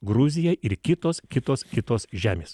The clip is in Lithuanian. gruzija ir kitos kitos kitos žemės